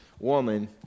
Woman